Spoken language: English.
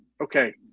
okay